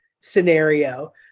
scenario